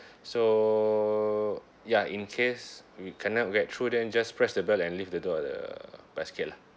so ya in case we cannot get through then just press the bell and leave at the door at the basket lah